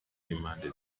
n’impande